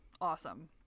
Awesome